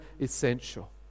essential